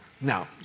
Now